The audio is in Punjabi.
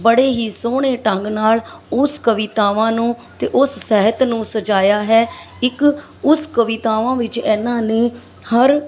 ਬੜੇ ਹੀ ਸੋਹਣੇ ਢੰਗ ਨਾਲ ਉਸ ਕਵਿਤਾਵਾਂ ਨੂੰ ਅਤੇ ਉਸ ਸਹਿਤ ਨੂੰ ਸਜਾਇਆ ਹੈ ਇੱਕ ਉਸ ਕਵਿਤਾਵਾਂ ਵਿੱਚ ਇਹਨਾਂ ਨੇ ਹਰ